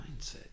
mindset